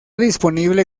disponible